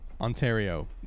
Ontario